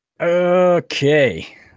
Okay